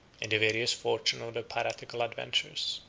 in the various fortune of their piratical adventures,